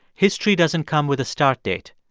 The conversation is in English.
history doesn't come with a start date.